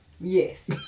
Yes